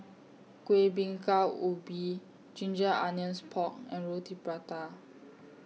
Kuih Bingka Ubi Ginger Onions Pork and Roti Prata